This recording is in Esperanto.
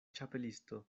ĉapelisto